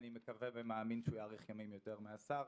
כי אני מקווה ומאמין שהוא יאריך ימים יותר מהשר,